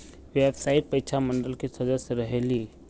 व्यावसायिक परीक्षा मंडल के सदस्य रहे ली?